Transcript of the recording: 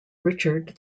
richard